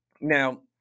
Now